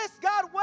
God